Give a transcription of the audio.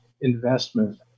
investment